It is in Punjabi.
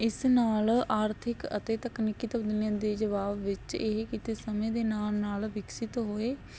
ਇਸ ਨਾਲ ਆਰਥਿਕ ਅਤੇ ਤਕਨੀਕੀ ਤਬਦੀਲੀਆਂ ਦੇ ਜਵਾਬ ਵਿੱਚ ਇਹ ਕਿੱਤੇ ਸਮੇਂ ਦੇ ਨਾਲ ਨਾਲ ਵਿਕਸਿਤ ਹੋਏ